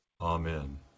Amen